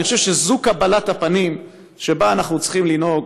אני חושב שזו קבלת הפנים שבה אנחנו צריכים לנהוג